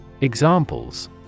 Examples